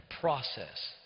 process